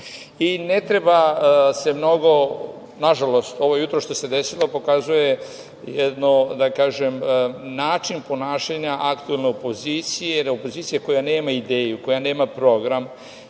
Ne treba se mnogo, nažalost, ovo jutros što se desilo pokazuje način ponašanja aktuelne opozicije, jer opozicija koja nema ideju, koja nema program